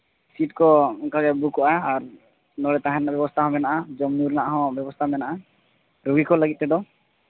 seat ᱠᱚ ᱚᱱᱠᱟᱜᱮ ᱵᱩᱠᱩᱜᱼᱟ ᱟᱨ ᱱᱚᱰᱮ ᱛᱟᱦᱮᱱ ᱨᱮᱱᱟᱜ ᱵᱮᱵᱚᱥᱛᱷᱟ ᱦᱚᱸ ᱢᱮᱱᱟᱜᱼᱟ ᱡᱚᱢ ᱧᱩ ᱨᱮᱱᱟᱜ ᱦᱚᱸ ᱵᱮᱵᱚᱥᱛᱷᱟ ᱢᱮᱱᱟᱜᱼᱟ ᱨᱳᱜᱤ ᱠᱚ ᱞᱟᱹᱜᱤᱫ ᱛᱮᱫᱚ